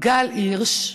גל הירש,